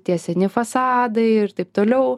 tie seni fasadai ir taip toliau